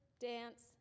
dance